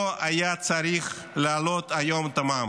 לא היה צורך להעלות היום את המע"מ.